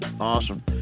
awesome